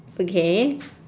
okay